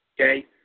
okay